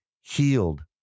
healed